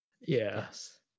Yes